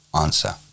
Answer